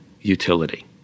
utility